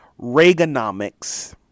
Reaganomics